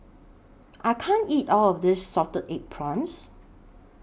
I can't eat All of This Salted Egg Prawns